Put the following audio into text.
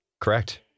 correct